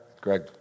Greg